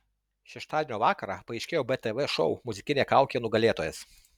šeštadienio vakarą paaiškėjo btv šou muzikinė kaukė nugalėtojas